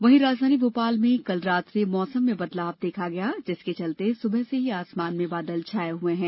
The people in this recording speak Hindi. वहीं राजधानी भोपाल में कल रात से मौसम में बदलाव देखा गया जिसके चलते सुबह से ही आसमान में बादल छाए हुए हैं